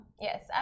Yes